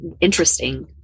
interesting